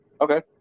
okay